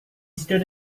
stood